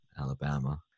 Alabama